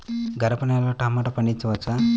గరపనేలలో టమాటా పండించవచ్చా?